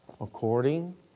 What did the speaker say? According